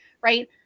right